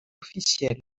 officielle